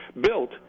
built